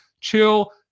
chill